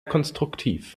konstruktiv